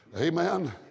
Amen